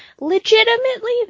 legitimately